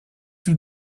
you